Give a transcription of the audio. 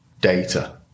data